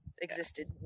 existed